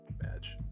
Badge